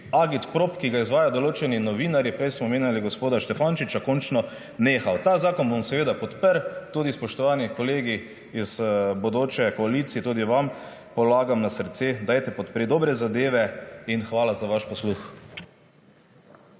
agitprop, ki ga izvajajo določeni novinarji, prej smo omenjali gospoda Štefančiča, končno nehal. Ta zakon bom seveda podprl. Spoštovani kolegi iz bodoče koalicije, tudi vam polagam na srce, dajte podpreti dobre zadeve. In hvala za vaš posluh.